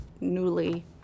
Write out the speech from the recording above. newly